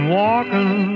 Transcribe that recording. walking